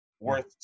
Worth